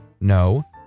No